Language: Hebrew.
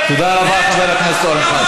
תודה רבה, חבר